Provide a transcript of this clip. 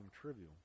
trivial